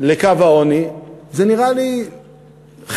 לקו העוני זה נראה לי חלם,